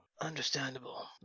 understandable